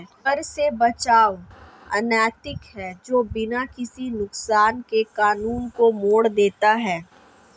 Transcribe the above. कर से बचाव अनैतिक है जो बिना किसी नुकसान के कानून को मोड़ देता है